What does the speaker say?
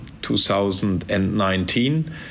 2019